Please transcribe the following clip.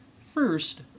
First